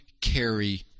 carry